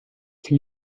can